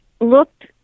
looked